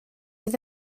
bydd